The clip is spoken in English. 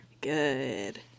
good